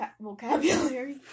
vocabulary